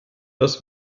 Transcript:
das